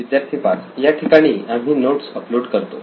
विद्यार्थी 5 या ठिकाणी आम्ही नोट्स अपलोड करतो